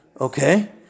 Okay